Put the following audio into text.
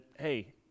hey